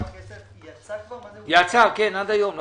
יצא עד היום לחיסונים?